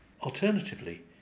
Alternatively